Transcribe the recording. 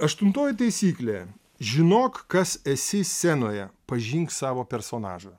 aštuntoji taisyklė žinok kas esi scenoje pažink savo personažą